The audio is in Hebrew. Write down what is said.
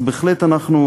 אז בהחלט אנחנו,